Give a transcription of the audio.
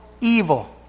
evil